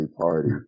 party